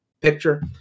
picture